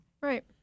Right